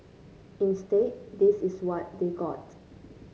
instead this is what they got